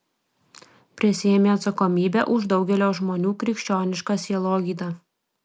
prisiėmė atsakomybę už daugelio žmonių krikščionišką sielogydą